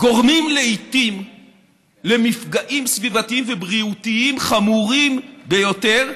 גורמים לעיתים למפגעים סביבתיים ובריאותיים חמורים ביותר.